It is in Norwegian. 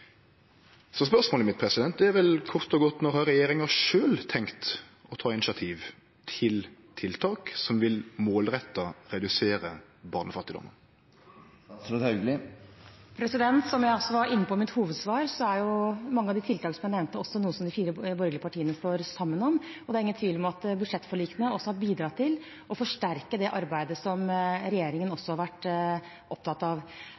kort og godt: Når har regjeringa sjølv tenkt å ta initiativ til tiltak som målretta vil redusere barnefattigdommen? Som jeg var inne på i mitt hovedsvar, er mange av de tiltakene som jeg nevnte, noe som de fire borgerlige partiene står sammen om. Det er ingen tvil om at budsjettforlikene også har bidratt til å forsterke det arbeidet som regjeringen har vært opptatt av.